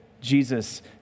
Jesus